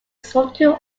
sorting